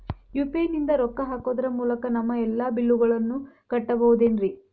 UPI ನಿಂದ ರೊಕ್ಕ ಹಾಕೋದರ ಮೂಲಕ ನಮ್ಮ ಎಲ್ಲ ಬಿಲ್ಲುಗಳನ್ನ ಕಟ್ಟಬಹುದೇನ್ರಿ?